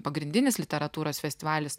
pagrindinis literatūros festivalis